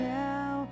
now